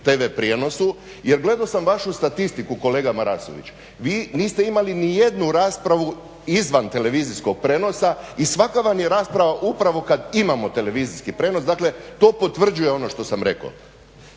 TV prijenosu jer gledao sam vašu statistiku kolega Marasović, vi niste imali nijednu raspravu izvan televizijskog prijenosa i svaka vam je rasprava upravo kada imamo televizijski prijenos, dakle to potvrđuje ono što sam rekao.